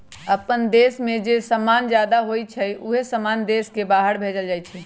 अप्पन देश में जे समान जादा होई छई उहे समान देश के बाहर भेजल जाई छई